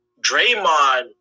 Draymond